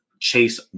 Chase